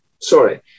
sorry